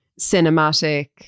cinematic